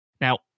Now